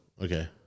Okay